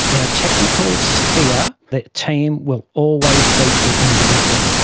in a technical sphere the team will always beat the individual.